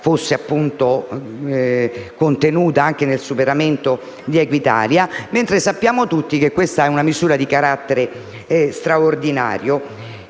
fosse contenuta anche nel superamento di Equitalia. Invece, sappiamo tutti che questa è una misura di carattere straordinario